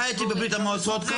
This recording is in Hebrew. --- בברית המועצות.